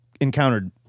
encountered